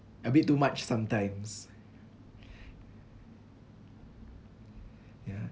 a bit too much sometimes ya